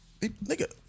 Nigga